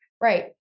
right